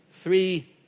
three